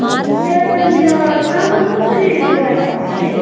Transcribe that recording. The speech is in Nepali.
हजुर त्यहाँनिर चामल कसरी बोरा छ होला है